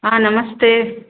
हा नमस्ते